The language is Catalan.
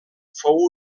fou